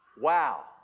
Wow